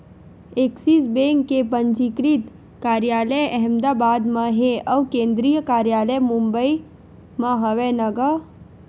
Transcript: Axis Bank के पंजीकृत कारयालय अहमदाबाद म हे अउ केंद्रीय कारयालय मुबई म हवय न गा